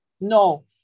No